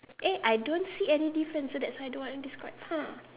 eh I don't see any difference so that's why I don't want describe !huh!